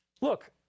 Look